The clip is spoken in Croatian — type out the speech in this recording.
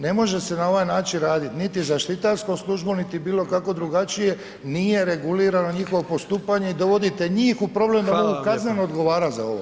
Ne može se na ovaj način raditi, niti zaštitarsku službu niti bilo kako drugačije nije regulirano njihovo postupanje i dovodite njih u problem da mogu kazneno odgovarati za ovo.